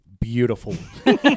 beautiful